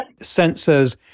sensors